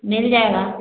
मिल जाएगा